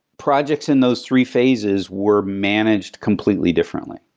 projects in those three phases were managed completely differently.